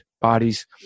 bodies